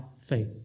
faith